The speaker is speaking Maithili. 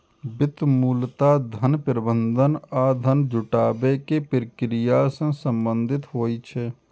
वित्त मूलतः धन प्रबंधन आ धन जुटाबै के प्रक्रिया सं संबंधित होइ छै